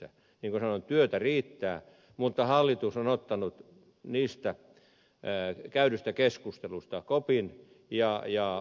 niin kuin sanoin työtä riittää mutta hallitus on ottanut käydystä keskustelusta kopin ja on